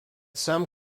some